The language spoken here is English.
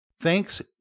Thanks